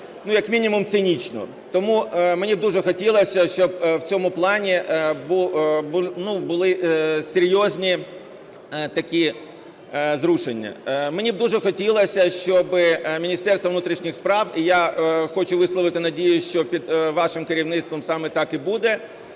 ну, як мінімум цинічно. Тому мені б дуже хотілось, щоб у цьому плані були серйозні такі зрушення. Мені б дуже хотілось би, щоби Міністерство внутрішній справ, і я хочу висловити надію, що під вашим керівництвом саме так і буде,